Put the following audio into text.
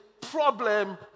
problem